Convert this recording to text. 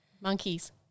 Monkeys